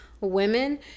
women